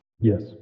Yes